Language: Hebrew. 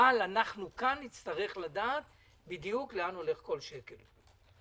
אבל אנחנו כאן נצטרך לדעת בדיוק, לאן הולך כל שקל.